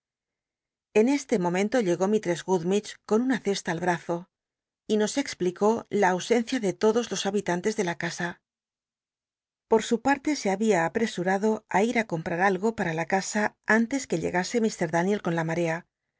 en este momento llegó mistrcss gummid c con una cesta al brazo y nos explicó la ausencia de todos los habitantes de la casa por su parte se hahia aprcslh'ado ti ir ti compra algo para la c tsa antes que llegase i r daniel con la ma